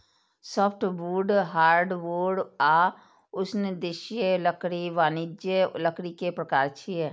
softwood, hardwood आ उष्णदेशीय लकड़ी वाणिज्यिक लकड़ी के प्रकार छियै